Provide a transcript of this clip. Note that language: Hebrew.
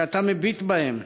ואתה מביט בהם